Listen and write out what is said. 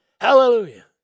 Hallelujah